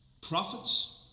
prophets